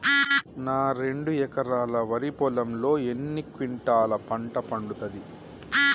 నా రెండు ఎకరాల వరి పొలంలో ఎన్ని క్వింటాలా పంట పండుతది?